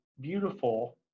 beautiful